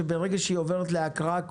שברגע שהצעת חוק עוברת להקראה,